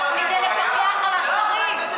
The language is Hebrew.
כדי לפקח על השרים.